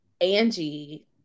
Angie